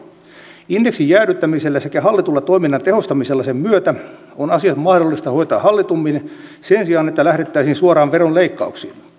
indeksin jäädyttämisellä sekä hallitulla toiminnan tehostamisella sen myötä on asiat mahdollista hoitaa hallitummin sen sijaan että lähdettäisiin suoraan veron leikkauksiin